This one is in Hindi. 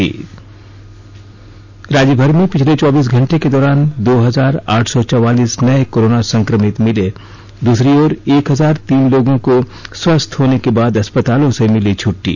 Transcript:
न् राज्यभर में पिछले चौबीस घंटे के दौरान दो हजार आठ सौ चौवालीस नए कोरोना संक्रमित मिले दूसरी ओर एक हजार तीन लोगों को स्वस्थ होने के बाद अस्पतालों से मिली छुट्टी